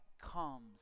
comes